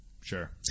Sure